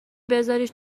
بزاریش